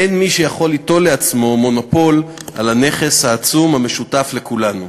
אין מי שיכול ליטול לעצמו מונופול על הנכס העצום המשותף לכולנו.